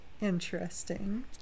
Interesting